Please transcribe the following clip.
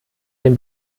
den